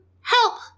help